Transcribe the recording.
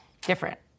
different